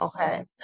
Okay